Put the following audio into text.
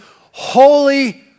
holy